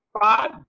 five